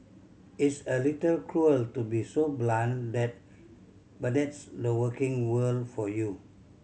it's a little cruel to be so blunt that but that's the working world for you